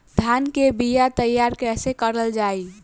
धान के बीया तैयार कैसे करल जाई?